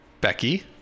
Becky